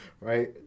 right